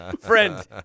Friend